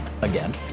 again